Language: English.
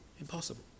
impossible